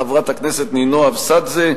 חברת הכנסת נינו אבסדזה,